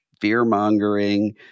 fear-mongering